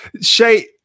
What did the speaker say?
Shay